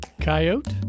Coyote